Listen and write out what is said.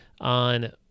on